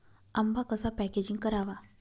आंबा कसा पॅकेजिंग करावा?